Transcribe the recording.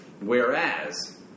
Whereas